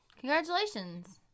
Congratulations